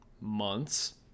months